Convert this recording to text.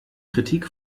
kritik